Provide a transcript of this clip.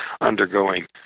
undergoing